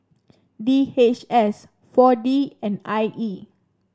D H S four D and I E